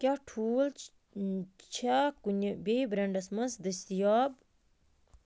کیٛاہ ٹھوٗل چھا کُنہِ بیٚیہِ بریٚنڈس منٛز دٔستیاب